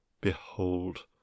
behold